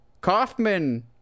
Kaufman